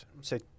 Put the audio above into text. say